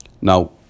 Now